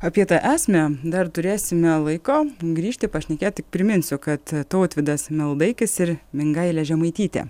apie tą esmę dar turėsime laiko grįžti pašnekėt tik priminsiu kad tautvydas meldaikis ir mingailė žemaitytė